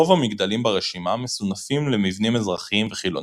רוב המגדלים ברשימה מסונפים למבנים אזרחיים וחילונים,